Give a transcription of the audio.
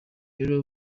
rero